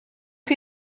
chi